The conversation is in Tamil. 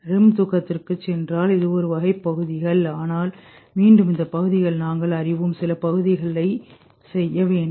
எம் தூக்கத்திற்கும் சென்றால் இது ஒரு வகை பகுதிகள் ஆனால் மீண்டும் இந்த பகுதிகளை நாங்கள் அறிவோம் சில பகுதிகளை செய்ய வேண்டும்